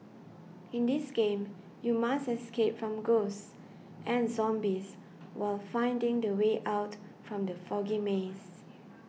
in this game you must escape from ghosts and zombies while finding the way out from the foggy maze